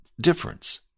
difference